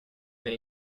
may